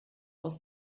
aus